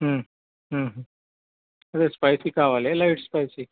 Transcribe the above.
అదే స్పైసీ కావాలా light spicy